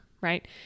Right